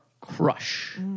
crush